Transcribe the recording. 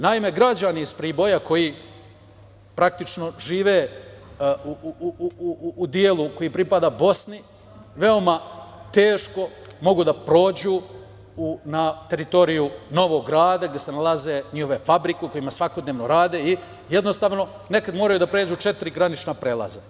Naime, građani iz Priboja koji praktično žive u delu koji pripada Bosni, veoma teško mogu da prođu na teritoriju novog grada gde se nalaze njihove fabrike u kojima svakodnevno rade i jednostavno nekada moraju da pređu četiri granična prelaza.